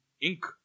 ink